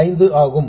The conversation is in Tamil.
15 ஆகும்